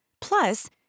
Plus